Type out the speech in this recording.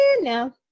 no